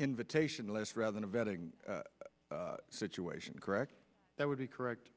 invitation less revenue vetting situation correct that would be correct